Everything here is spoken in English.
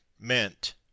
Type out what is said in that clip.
meant